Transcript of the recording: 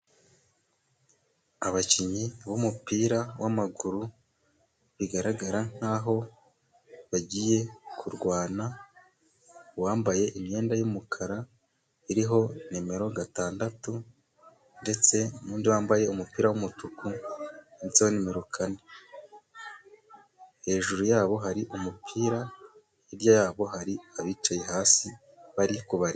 Abakinnyi b'umupira wa maguru bigaragara nkaho bagiye kurwana, uwabambaye imyenda y'umukara iriho nimero gatandatu ndetse n'undi wambaye umupira w'umutuku, handitseho nimero Kane, hejuru yabo hari umupira, hirya yabo hari abicaye hasi bari kubareba.